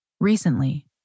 Recently